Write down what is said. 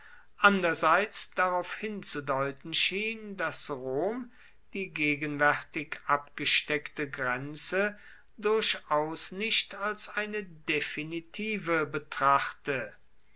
andererseits darauf hinzudeuten schien daß rom die gegenwärtig abgesteckte grenze durchaus nicht als eine definitive betrachte